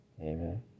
Amen